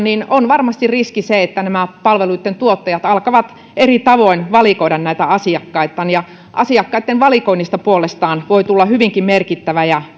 niin on varmasti riski se että palveluitten tuottajat alkavat eri tavoin valikoida asiakkaitaan ja asiakkaitten valikoinnista puolestaan voi tulla hyvinkin merkittävä ja